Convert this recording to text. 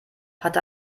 hatte